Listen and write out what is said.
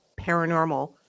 paranormal